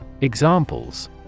Examples